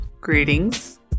Greetings